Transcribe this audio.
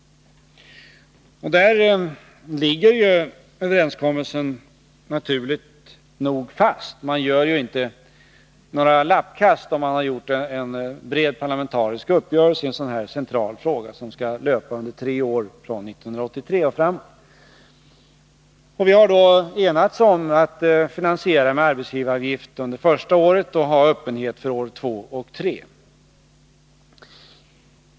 Här ligger överenskommelsen naturligt nog fast. Man gör inte några lappkast när man nått en bred parlamentarisk uppgörelse i en sådan här central fråga, vars lösning skall gälla under tre år, från 1983 och framåt. Vi har enats om att finansiera skattesänkningen med arbetsgivaravgifter under första året och hålla en öppenhet för år två och tre.